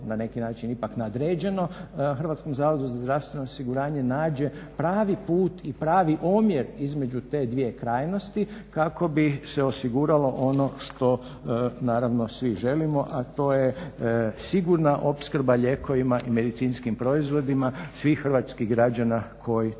na neki način ipak nadređeno Hrvatskom zavodu za zdravstveno osiguranje nađe pravi put i pravi omjer između te dvije krajnosti kako bi se osiguralo ono što naravno svi želimo a to je sigurna opskrba lijekovima i medicinskim proizvodima svih hrvatskih građana koji to trebaju.